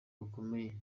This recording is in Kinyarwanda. rukomeye